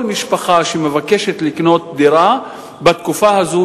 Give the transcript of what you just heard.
כל משפחה שמבקשת לקנות דירה בתקופה הזאת,